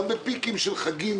גם בפיקים של חגים,